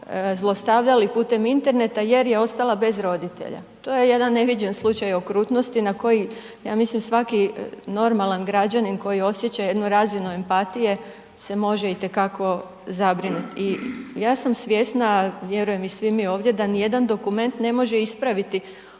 zlostavljali putem interneta jer je ostala bez roditelja. To je jedan neviđen slučaj okrutnosti na koji ja mislim svaki normalan građanin koji osjeća jednu razinu empatije se može itekako zabrinuti i ja sam svjesna, vjerujem i svi mi ovdje da nijedan dokument ne može ispraviti